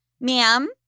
Ma'am